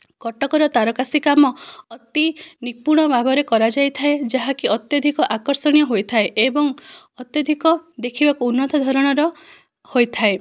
କଟକର ତାରକସି କାମ ଅତି ନିପୁଣ ଭାବରେ କରାଯାଇଥାଏ ଯାହାକି ଅତ୍ୟଧିକ ଆକର୍ଷଣୀୟ ହୋଇଥାଏ ଏବଂ ଅତ୍ୟଧିକ ଦେଖିବାକୁ ଉନ୍ନତ ଧରଣର ହୋଇଥାଏ